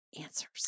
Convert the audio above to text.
answers